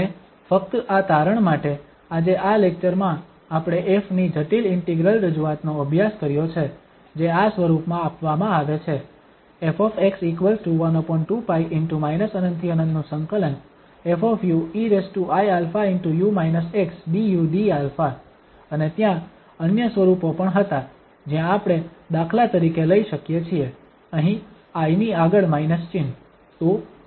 અને ફક્ત આ તારણ માટે આજે આ લેક્ચરમાં આપણે ƒ ની જટિલ ઇન્ટિગ્રલ રજૂઆત નો અભ્યાસ કર્યો છે જે આ સ્વરૂપમાં આપવામાં આવે છે ƒ 12π ✕∞∫∞ ƒ eiα du dα અને ત્યાં અન્ય સ્વરૂપો પણ હતા જ્યાં આપણે દાખલા તરીકે લઈ શકીએ છીએ અહીં i ની આગળ માઇનસ ચિહ્ન